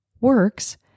works